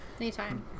Anytime